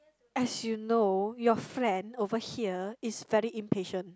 as you know your friend over here is very impatient